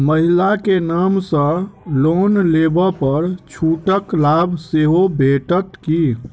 महिला केँ नाम सँ लोन लेबऽ पर छुटक लाभ सेहो भेटत की?